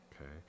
okay